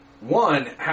One